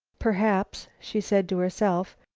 perhaps, she said to herself,